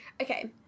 okay